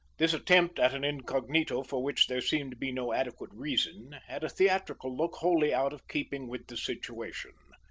this attempt at an incognito for which there seemed to be no adequate reason, had a theatrical look wholly out of keeping with the situation.